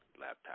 laptop